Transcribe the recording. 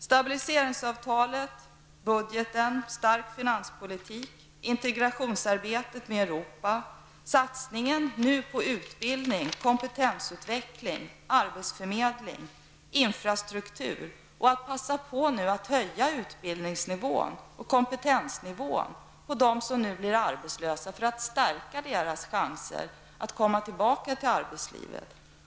Stabiliseringsavtalet, budgeten, stark finanspolitik, integrationsarbetet med Europa, satsning på utbildning, kompetensutveckling, arbetsförmedling och infrastruktur. Det är angeläget att passa på att höja utbildningsnivån och kompetensnivån hos dem som blir arbetslösa, för att stärka deras chanser att komma tillbaka till arbetslivet.